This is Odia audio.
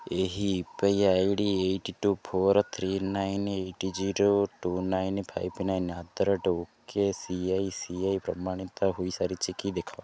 ଏହି U P I ID eighty two four three nine eight zero two nine five nine eight the rate okay C I C I ପ୍ରମାଣିତ ହୋଇସାରିଛି କି ଦେଖ